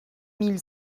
mille